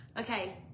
Okay